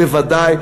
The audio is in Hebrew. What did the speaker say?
בוודאי.